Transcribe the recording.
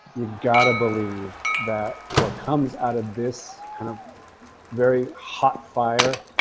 you've got to believe that what comes out of this kind of very hot fire,